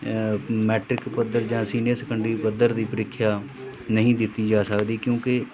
matric ਪੱਧਰ ਜਾਂ senior secondary ਪੱਧਰ ਦੀ ਪ੍ਰੀਖਿਆ ਨਹੀਂ ਦਿੱਤੀ ਜਾ ਸਕਦੀ ਕਿਉਂਕਿ